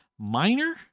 minor